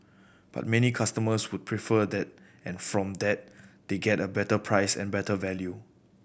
but many customers would prefer that and from that they get a better price and better value